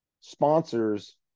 sponsors